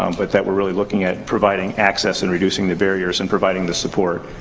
um but that we're really looking at providing access and reducing the barriers and providing the support.